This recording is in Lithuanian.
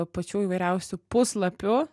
pačių įvairiausių puslapių